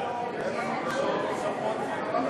הסתייגויות מס' 9,